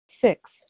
Six